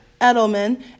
Edelman